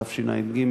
תשע"ג.